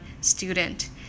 student